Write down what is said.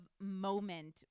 moment